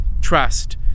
trust